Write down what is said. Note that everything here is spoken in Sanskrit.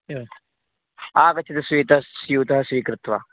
एवम् आगच्छतु स्वीतस् स्यूतः स्वीकृत्वा